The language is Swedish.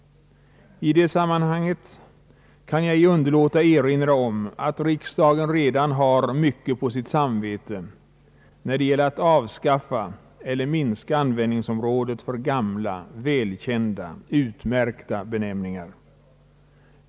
I detta sammanhang kan jag ej underlåta att erinra om att riksdagen redan har mycket på sitt samvete när det gäller att avskaffa eller minska användningsområdet för gamla, välkända, utmärkta benämningar.